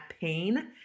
pain